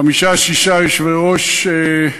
חמישה-שישה יושבי-ראש של,